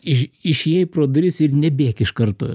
iš išėjai pro duris ir nebėk iš karto